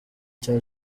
cya